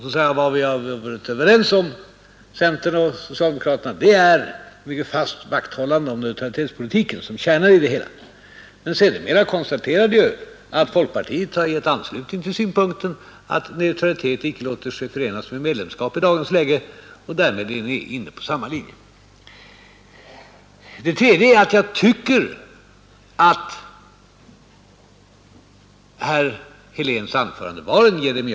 Och vad centern och socialdemokraterna varit överens om är ett mycket fast vakthållande om neutralitetspolitiken som kärnan i det hela. Men jag konstaterade också att folkpartiet sedan har anslutit sig till synpunkten att neutraliteten i dagens läge icke låter sig förena med medlemskap, och därför är vi nu inne på samma linje. För det tredje tycker jag att herr Heléns anförande var en jeremiad.